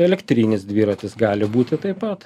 elektrinis dviratis gali būti taip pat